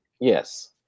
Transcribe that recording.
Yes